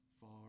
far